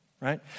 right